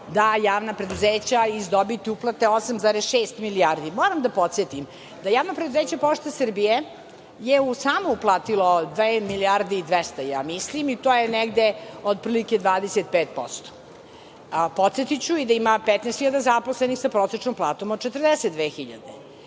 da javna preduzeća iz dobiti uplate 8,6 milijardi. Moram da podsetim da Javno preduzeće „Pošta Srbije“ je samo uplatilo dve milijarde i 200, ja mislim, i to je negde otprilike 25%. Podsetiću i da ima 15.000 zaposlenih sa prosečnom platom od 42.000.